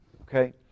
Okay